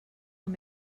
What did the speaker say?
com